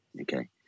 okay